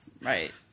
Right